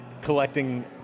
collecting